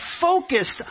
focused